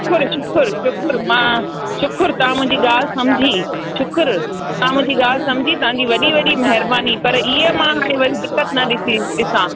शुख़ुरु शुख़ुरु शुख़ुरु मां शुख़ुरु तव्हां मुंहिंजी ॻाल्हि सम्झी शुख़ुरु तव्हां मुंहिंजी ॻाल्हि सम्झी तव्हांजी वॾी वॾी महिरबानी पर ईअं मां हाणे वरी दिक़त न ॾिसी ॾिसां